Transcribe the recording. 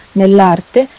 nell'arte